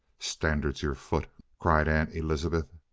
standards your foot! cried aunt elizabeth.